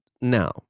Now